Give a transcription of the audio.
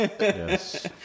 Yes